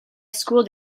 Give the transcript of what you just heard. school